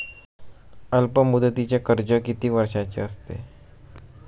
अल्पमुदतीचे कर्ज किती वर्षांचे असते?